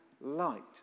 light